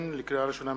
לקריאה ראשונה,